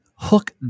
hook